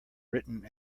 written